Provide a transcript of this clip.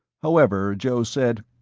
however, joe said,